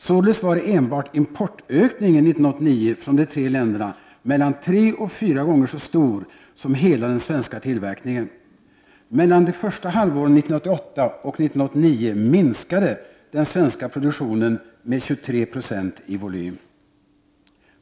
Således var enbart importökningen 1989 från de tre länderna mellan tre och fyra gånger så stor som hela den svenska tillverkningen. Mellan första halvåret 1988 och första halvåret 1989 minskade den svenska produktionen med 23 960 i volym.